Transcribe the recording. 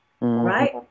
right